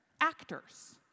actors